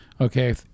Okay